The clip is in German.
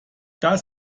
das